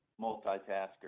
multitasker